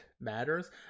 matters